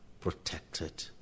protected